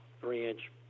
three-inch